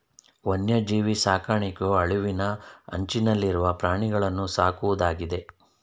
ವನ್ಯಜೀವಿ ಸಾಕಣೆಯು ಅಳಿವಿನ ಅಂಚನಲ್ಲಿರುವ ಪ್ರಾಣಿಗಳನ್ನೂ ಸಾಕುವುದಾಗಿದೆ